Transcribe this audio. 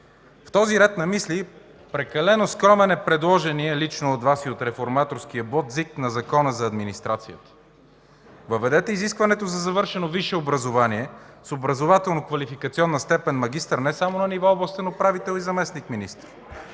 В този ред на мисли прекалено скромно е предложеният лично от Вас и от Реформаторския блок ЗИП на Закона за администрацията. Въведете изискването за завършено висше образование с образователно-квалификационна степен „магистър” не само на ниво областен управител и заместник-министър.